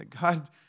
God